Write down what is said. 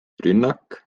rünnak